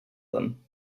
them